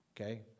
okay